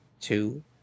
two